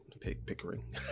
Pickering